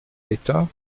l’état